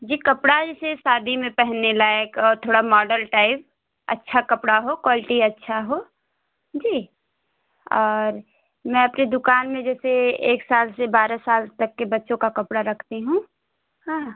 जी कपड़ा ही चाहिए शादी में पहनने लायक और थोड़ा मॉडल टाइप अच्छा कपड़ा हो क्वालिटी अच्छा हो जी और मैं अपनी दुकान में जैसे एक साल से बारह साल तक के बच्चों का कपड़ा रखती हूँ हाँ